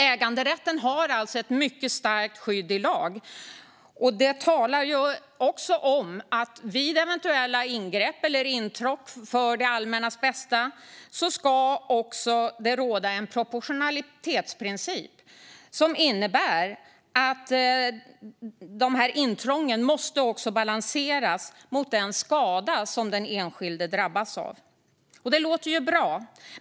Äganderätten har alltså ett mycket starkt skydd i lag, som dessutom talar om att det vid ingrepp eller intrång i äganderätten för det allmännas bästa ska råda en proportionalitetsprincip, som innebär att dessa intrång måste balanseras mot den skada den enskilde drabbas av. Det låter ju bra.